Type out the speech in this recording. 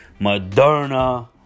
Moderna